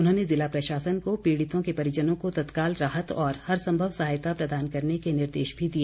उन्होंने ज़िला प्रशासन को पीड़ितों के परिजनों को तत्काल राहत और हर संभव सहायता प्रदान करने के निर्देश भी दिए